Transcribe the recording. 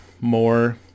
more